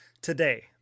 today